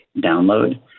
download